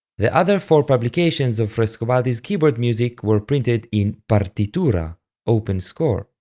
the other four publications of frescobaldi's keyboard music were printed in partitura open score.